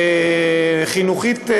ערוץ החינוכית,